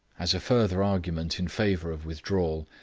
as a further argument in favour of withdrawal,